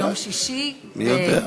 אולי, מי יודע.